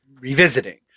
revisiting